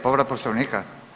Povreda Poslovnika?